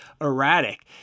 erratic